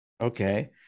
Okay